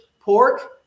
pork